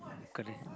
correct